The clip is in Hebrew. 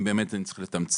אם באמת אני צריך לתמצת,